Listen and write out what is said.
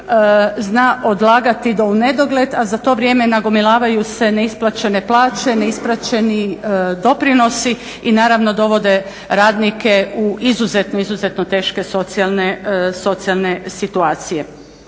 zna odlagati do unedogled a za to vrijeme nagomilavaju se neisplaćene plaće, neisplaćeni doprinosi i naravno dovode radnike u izuzetno, izuzetno teške socijalne situacije.